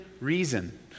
reason